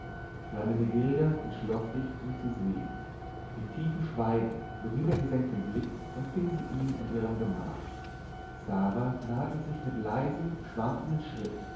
hermenegilda entschloß sich ihn zu sehen in tiefem schweigen mit niedergesenktem blick empfing sie ihn in ihrem gemach xaver nahte sich mit leisem schwankenden schritt